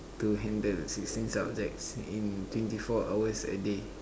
to handle sixteen subjects in twenty four hours a day